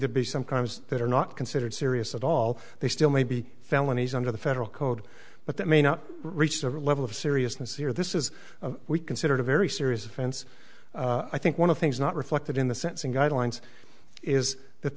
the be some crimes that are not considered serious at all they still may be felonies under the federal code but that may not reach the level of seriousness here this is we considered a very serious offense i think one of things not reflected in the sense in guidelines is that